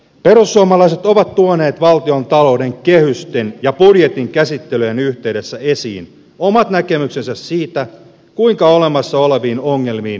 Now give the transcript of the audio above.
perussuomalaiset ovat tuoneet valtiontalouden kehysten ja budjetin käsittelyjen yhteydessä esiin omat näkemyksensä siitä kuinka olemassa oleviin ongelmiin tulisi puuttua